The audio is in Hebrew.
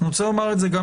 ואני אומר את זה גם